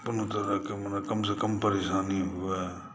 कोन तरहक कम सँ कम परेशानी हुए